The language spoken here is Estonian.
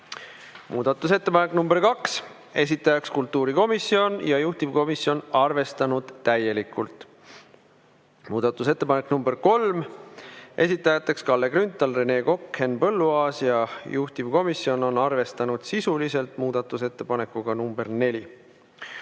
Muudatusettepanek nr 2, esitajaks kultuurikomisjon ja juhtivkomisjon on arvestanud täielikult. Muudatusettepanek nr 3, esitajateks Kalle Grünthal, Rene Kokk, Henn Põlluaas ja juhtivkomisjon on seda arvestanud sisuliselt muudatusettepanekuga nr 4.